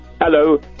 Hello